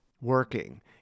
working